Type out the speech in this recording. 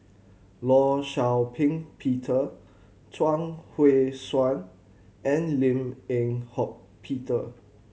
Law Shau Ping Peter Chuang Hui Tsuan and Lim Eng Hock Peter